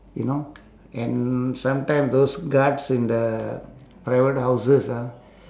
you know and sometime those guards in the private houses ah